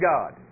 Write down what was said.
God